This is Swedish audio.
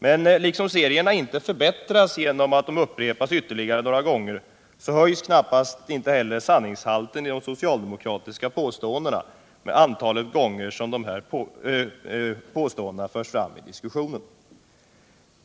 Men liksom serierna inte förbättras genom att de upprepas ytterligare några gånger, så höjs knappast heller sanningshalten i de socialdemokratiska påståendena med antalet gånger som de förs fram i diskussionen.